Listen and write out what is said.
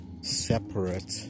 separate